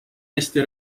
eesti